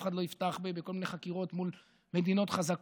אף אחד לא יפתח בכל מיני חקירות מול מדינות חזקות.